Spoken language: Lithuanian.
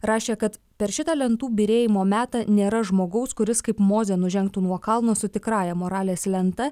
rašė kad per šitą lentų byrėjimo metą nėra žmogaus kuris kaip mozė nužengtų nuo kalno su tikrąja moralės lenta